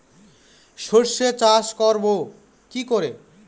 সর্ষে চাষ করব কি করে?